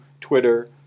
Twitter